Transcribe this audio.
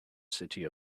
city